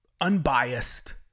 unbiased